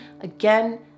again